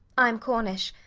i am cornish.